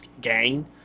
gang